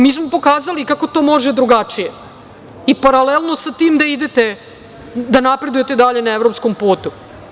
Mi smo pokazali kako to može drugačije i paralelno sa tim da idete, da napredujte dalje na evropskom putu.